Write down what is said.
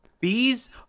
Bees